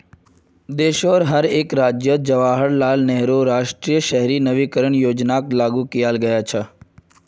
देशोंर हर एक राज्यअत जवाहरलाल नेहरू राष्ट्रीय शहरी नवीकरण योजनाक लागू कियाल गया छ